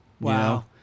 Wow